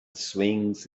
swings